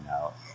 out